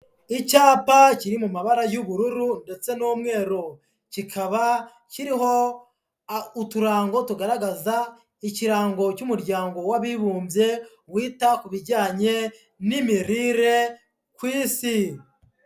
Icyapa kiri mu mabara y'ubururu ndetse n'umweru, kikaba kiriho uturango tugaragaza ikirango cy'umuryango w'abibumbye wita ku bijyanye n'imirire ku isi.